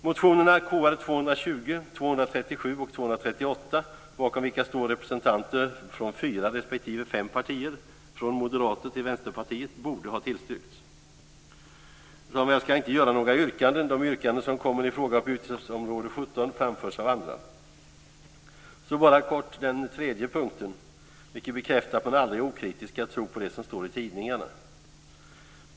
Motionerna Kr220, Kr237 och Kr238, bakom vilka det står representanter från fyra respektive fem partier, från Moderaterna till Vänsterpartiet, borde ha tillstyrkts. Fru talman! Jag ska inte göra några yrkanden. De yrkanden som kommer i fråga på utgiftsområde 17 Så bara kort till den tredje punkten, vilken bekräftar att man aldrig okritiskt ska tro på det som står tidningarna.